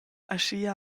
aschia